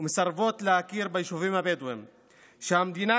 ומסרבות להכיר ביישובים הבדואיים שהמדינה,